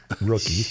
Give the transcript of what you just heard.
Rookie